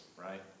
right